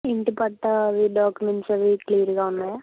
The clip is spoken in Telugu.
ఇంటి పట్టా అవి డాక్యుమెంట్స్ అవి క్లియర్గా ఉన్నాయా